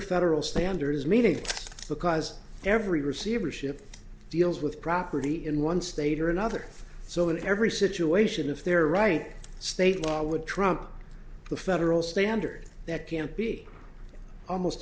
federal standards meaning because every receivership deals with property in one state or another so in every situation if they're right state law would trump the federal standard that can't be almost